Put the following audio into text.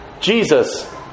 Jesus